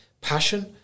Passion